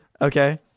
Okay